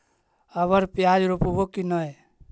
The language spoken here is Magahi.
अबर प्याज रोप्बो की नय?